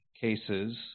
cases